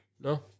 No